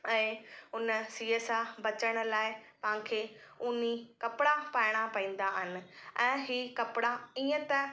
ऐं हुन सीउ सां बचण लाइ तव्हांखे ऊनी कपिड़ा पाइणा पवंदा आहिनि ऐं ही कपिड़ा इयं त